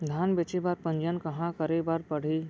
धान बेचे बर पंजीयन कहाँ करे बर पड़ही?